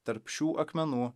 tarp šių akmenų